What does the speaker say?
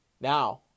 Now